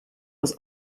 was